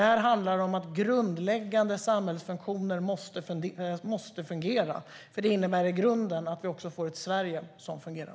Här handlar det om att grundläggande samhällsfunktioner måste fungera. Det innebär i grunden att vi också får ett Sverige som fungerar.